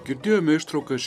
girdėjome ištrauką iš